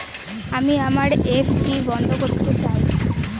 আমি আমার এফ.ডি বন্ধ করতে চাই